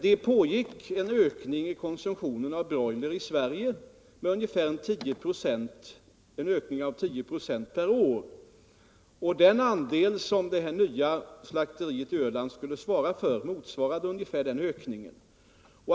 Ökningen av broilerkonsumtionen i Sverige har fortgått i en takt av ungefär 10 96 per år, och den andel som det nya slakteriet på Öland skulle stå för motsvarade ungefär denna ökning.